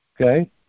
Okay